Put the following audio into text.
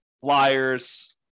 flyers